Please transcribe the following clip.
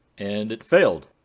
and it failed.